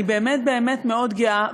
אני באמת באמת מאוד גאה,